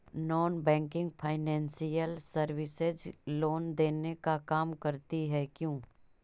Non banking financial services loan देने का काम करती है क्यू?